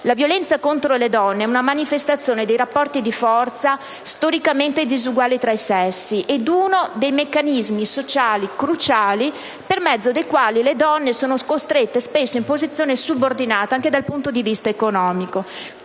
La violenza contro le donne è una manifestazione dei rapporti di forza storicamente diseguali tra i sessi e uno dei meccanismi sociali cruciali per mezzo dei quali le donne sono costrette spesso in una posizione subordinata rispetto agli uomini anche dal punto di vista economico.